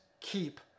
keep